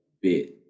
bit